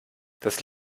das